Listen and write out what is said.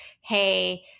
Hey